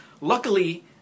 Luckily